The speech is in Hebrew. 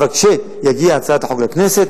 אבל כשתגיע הצעת החוק לכנסת,